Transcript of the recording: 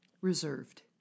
Reserved